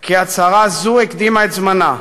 כי הצהרה זו הקדימה את זמנה,